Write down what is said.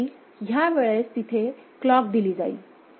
तरी ह्या वेळेस तिथे क्लॉक दिली जाईल